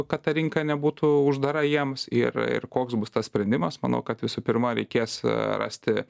kad ta rinka nebūtų uždara jiems ir ir koks bus tas sprendimas manau kad visų pirma reikės rasti